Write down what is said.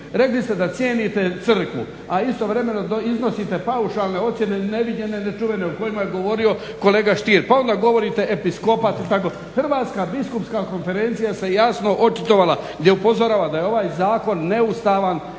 Rekli ste da cijenite crkvu, a istovremeno iznosite paušalne ocjene neviđene i nečuvene o kojima je govorio kolega Stier. Pa onda govorite episkopat. Hrvatska biskupska konferencija se jasno očitovala gdje upozorava da je ovaj zakon neustavan